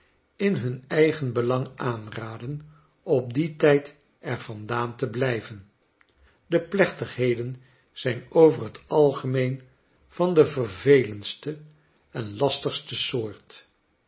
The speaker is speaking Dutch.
in hun eigen belang aanraden op dien tijd er vandaan te blijven de plechtigheden zijn over het algemeen van de vervelendste en lastigste soort